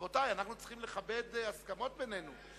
רבותי, אנחנו צריכים לכבד הסכמות בינינו.